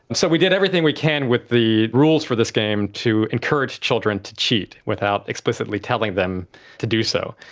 and so we did everything we can with the rules for this game to encourage children to cheat, without explicitly telling them to do so.